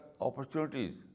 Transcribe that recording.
opportunities